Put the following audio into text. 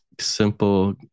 simple